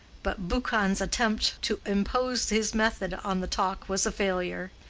but buchan's attempt to impose his method on the talk was a failure.